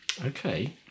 Okay